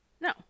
no